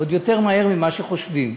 עוד יותר מהר ממה שחושבים.